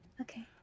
Okay